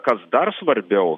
kas dar svarbiau